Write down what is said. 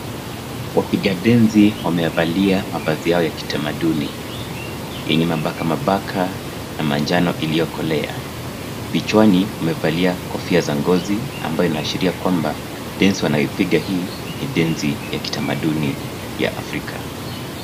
Wapika densi wamevalia mavasi yao ya kithamaduni, enye mabaka mabaka manjano iliokolea, kichwani amevalia kofia za ngozi ambao inaashiria kwamba densi wanaoipika ii ni densi ya kithamaduni ya Afrika.